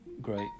great